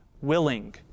willing